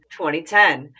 2010